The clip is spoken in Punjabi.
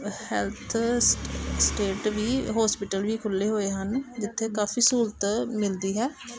ਹੈਲਥ ਸਟ ਸਟੇਟ ਵੀ ਹੋਸਪਿਟਲ ਵੀ ਖੁੱਲ੍ਹੇ ਹੋਏ ਹਨ ਜਿੱਥੇ ਕਾਫੀ ਸਹੂਲਤ ਮਿਲਦੀ ਹੈ